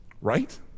Right